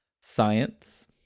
Science